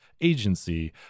agency